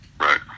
Right